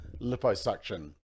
liposuction